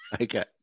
Okay